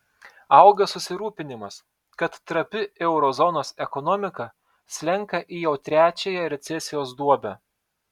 auga susirūpinimas kad trapi euro zonos ekonomika slenka į jau trečiąją recesijos duobę